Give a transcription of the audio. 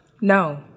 No